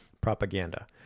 propaganda